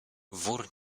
wór